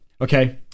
okay